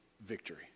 victory